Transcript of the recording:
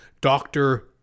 Doctor